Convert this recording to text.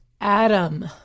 Adam